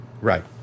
Right